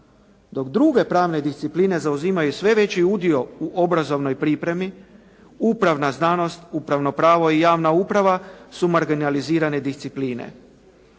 dok druge pravne discipline zauzimaju sve veći udio u obrazovnoj pripremi upravna znanost, upravno pravo i javna uprava su marginalizirane discipline.